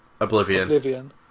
Oblivion